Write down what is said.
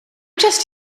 just